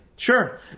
Sure